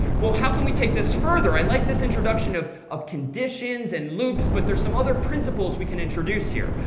well, how can we take this further? i like this introduction of of conditions and loops, but there's some other principles we can introduce here.